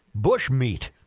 bushmeat